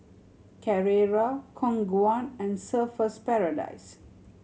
Carrera Khong Guan and Surfer's Paradise